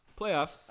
Playoffs